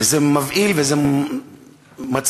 וזה מבהיל וזה מצחיק